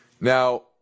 Now